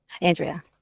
Andrea